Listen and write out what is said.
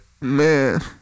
man